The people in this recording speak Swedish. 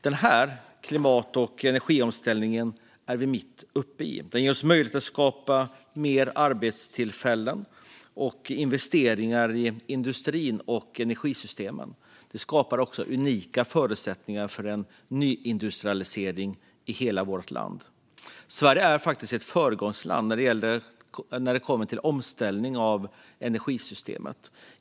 Vi är mitt uppe i en klimat och energiomställning. Den ger oss möjlighet att skapa fler arbetstillfällen och investeringar i industrin och energisystemen. Detta skapar också unika förutsättningar för en nyindustrialisering i hela vårt land. Sverige är ett föregångsland när det gäller omställning av energisystemet.